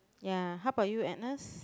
ya how about you Agnes